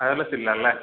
wireless ഇല്ല അല്ലേ